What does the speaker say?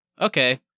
okay